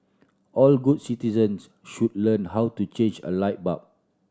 all good citizens should learn how to change a light bulb